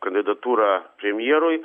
kandidatūrą premjerui